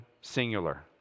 singular